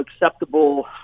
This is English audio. acceptable